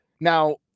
Now